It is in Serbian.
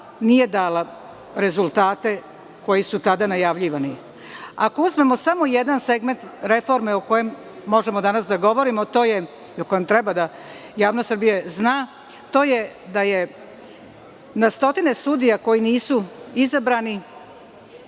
nije dala rezultate koji su tada najavljivani. Ako uzmemo samo jedan segment reforme o kojem možemo danas da govorimo i o kojem treba javnost Srbije da zna, da je na stotine sudija koji nisu izabrani